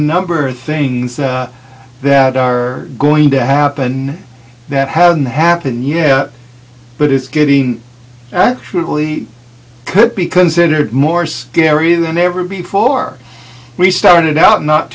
number of things that are going to happen that haven't happened yet but it's getting actually could be considered more scary than ever before we started out not